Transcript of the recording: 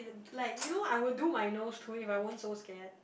y~ like you know I would do my nose too if I weren't so scared